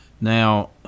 Now